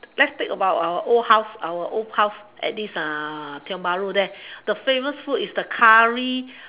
let's think about our old house our old house at this tiong-bahru there the famous food is the curry